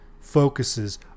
focuses